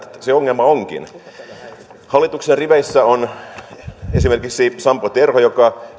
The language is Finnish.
se ongelma onkin hallituksen riveissä on esimerkiksi sampo terho joka